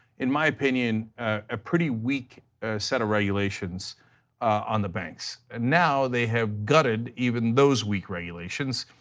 in my opinion, a pretty weak set of regulations on the banks and now they have gutted even those weak regulations.